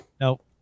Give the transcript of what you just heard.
Nope